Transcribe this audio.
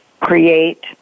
create